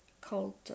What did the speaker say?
culture